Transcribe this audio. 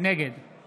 נגד